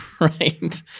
Right